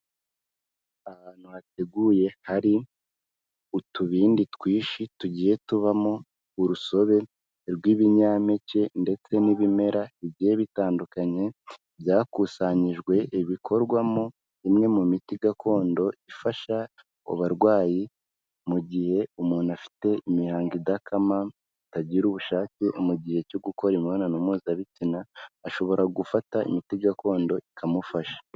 Ahantu hateguye hari utubindi twinshi tugiye tubamo urusobe rw'ibinyampeke ndetse n'ibimera bigiye bitandukanye, byakusanyijwe, ibikorwamo imwe mu miti gakondo ifasha abarwayi mu gihe umuntu afite imihango idakama, atagira ubushake mu gihe cyo gukora imibonano mpuzabitsina, ashobora gufata imiti gakondo ikamufasha.